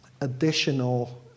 additional